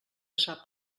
sap